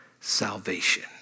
Salvation